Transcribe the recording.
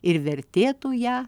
ir vertėtų ją